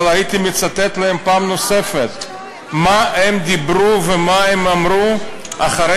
אבל הייתי מצטט להם פעם נוספת מה הם דיברו ומה הם אמרו אחרי